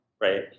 right